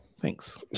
thanks